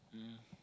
um